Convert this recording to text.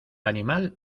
animal